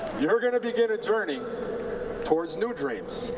you're going to begin a journey towards new dreams.